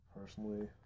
Personally